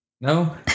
No